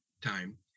time